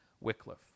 Wycliffe